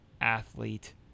athlete